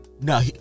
No